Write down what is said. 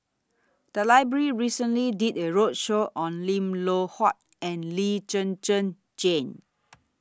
The Library recently did A roadshow on Lim Loh Huat and Lee Zhen Zhen Jane